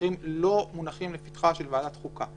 האחרים לא מונחים לפתחה של ועדת החוקה.